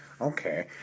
Okay